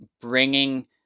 bringing